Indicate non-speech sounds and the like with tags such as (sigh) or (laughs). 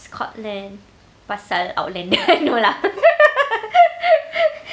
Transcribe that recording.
scotland pasal outlander no lah (laughs)